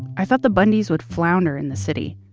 i thought the bundys would flounder in the city.